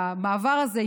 הוראת המעבר הזאת,